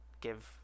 give